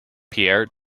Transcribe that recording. pierre